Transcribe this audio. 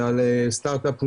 ועל סטרטאפ ניישן,